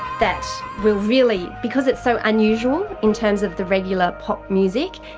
that will really, because it's so unusual in terms of the regular pop music,